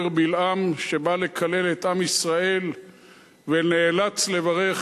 בלעם שבא לקלל את עם ישראל ונאלץ לברך,